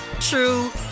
true